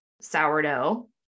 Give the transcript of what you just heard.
sourdough